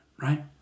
right